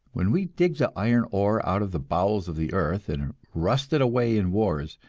when we dig the iron ore out of the bowels of the earth and rust it away in wars,